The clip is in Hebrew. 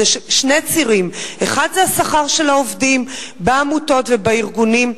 אז זה שני צירים: האחד זה השכר של העובדים בעמותות ובארגונים,